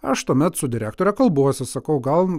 aš tuomet su direktore kalbuosi sakau gal